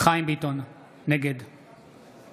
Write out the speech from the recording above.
חיים ביטון, נגד